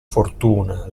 fortuna